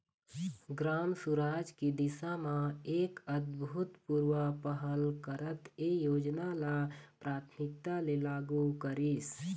ग्राम सुराज की दिशा म एक अभूतपूर्व पहल करत ए योजना ल प्राथमिकता ले लागू करिस